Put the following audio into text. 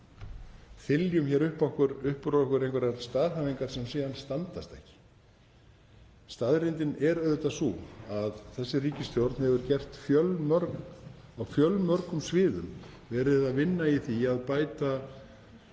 þyljum bara upp úr okkur einhverjar staðhæfingar sem síðan standast ekki. Staðreyndin er auðvitað sú að þessi ríkisstjórn hefur á fjölmörgum sviðum verið að vinna í því að bæta